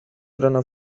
erano